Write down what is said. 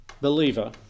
believer